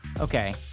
Okay